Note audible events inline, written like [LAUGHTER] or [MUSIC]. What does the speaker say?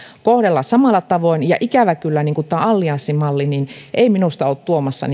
kohdella samalla tavoin ja ikävä kyllä tämä allianssimalli ei minusta ole tuomassa [UNINTELLIGIBLE]